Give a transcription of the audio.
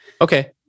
Okay